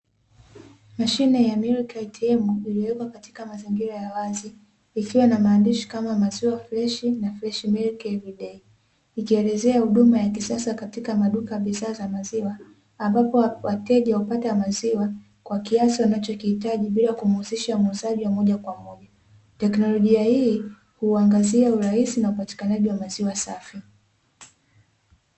Mashine ya "MiLK ATM" iliyowekwa katika mazingira ya wazi ikiwa na maandishi kama maziwa freshi na "fresh milk everyday" ikielezea huduma ya kisasa katika maduka ya bidhaa za maziwa, ambapo hupata maziwa kwa kiasi wanacho kihitaji bila kumuhusisha muuzaji wa mojakwamoja. Teknologia hii huangazia urahisi na upatikanaji wa maziwa safi.